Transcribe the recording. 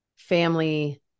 Family